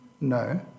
No